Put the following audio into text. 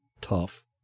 tough